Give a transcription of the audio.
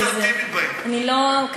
בטח